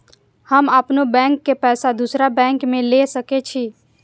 हम अपनों बैंक के पैसा दुसरा बैंक में ले सके छी?